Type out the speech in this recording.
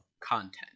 content